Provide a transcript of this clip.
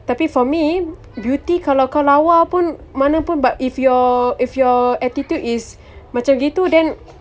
tapi for me beauty kalau kau lawa pun mana pun but if your if your attitude is macam gitu then